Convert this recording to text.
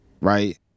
right